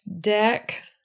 deck